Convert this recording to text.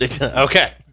okay